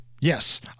Yes